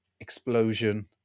explosion